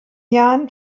jahren